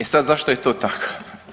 E sad zašto je to tako?